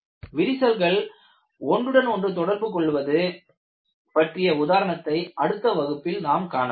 விரிசல்கள் ஒன்றுடன் ஒன்று தொடர்பு கொள்வது பற்றிய உதாரணத்தை அடுத்த வகுப்பில் நாம் காணலாம்